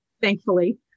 thankfully